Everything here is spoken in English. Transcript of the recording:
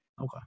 Okay